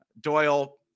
Doyle